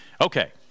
Okay